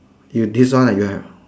you this one you have ah